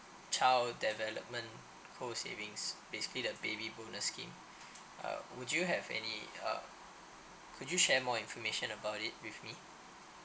child development account savings basically the baby bonus scheme uh would you have any uh could you share more information about it with me